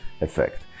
effect